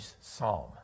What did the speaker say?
psalm